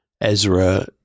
ezra